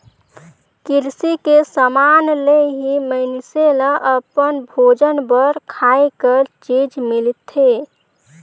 किरसी के समान ले ही मइनसे ल अपन भोजन बर खाए कर चीज मिलथे